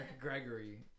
Gregory